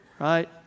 right